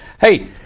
Hey